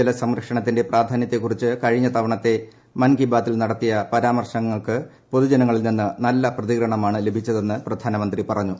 ജല സംരക്ഷണത്തിന്റെ പ്രധാന്യത്തെക്കുറിച്ച് കഴിഞ്ഞ തവണത്തെ മൻ കീ ബാതിൽ നടത്തിയ പരാമർശങ്ങൾക്ക് പൊതുജനങ്ങളിൽ നിന്ന് നല്ല പ്രതികരണമാണ് ലഭിച്ചതെന്ന് പ്രധാനമന്ത്രി പ്രറഞ്ഞു